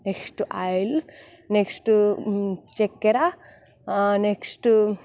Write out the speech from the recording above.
next oil next చక్కెర next